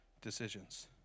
decisions